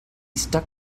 stuck